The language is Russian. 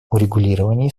урегулировании